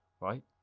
right